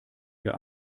ihr